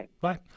Bye